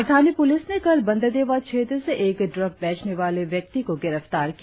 राजधानी पुलिस ने कल बंदरदेवा क्षेत्र से एक ड्रग बेचनेवाले व्यक्ति को गिरफ्तार किया